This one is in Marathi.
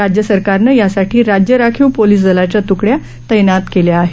राज्य सरकारनं यासाठी राज्य राखीव पोलीस दलाच्या त्कड्या तैनात केल्या आहेत